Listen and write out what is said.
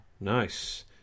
Nice